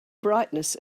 brightness